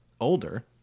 older